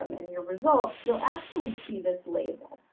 um and your results, you'll actually see this label.